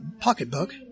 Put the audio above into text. pocketbook